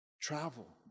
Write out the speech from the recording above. Travel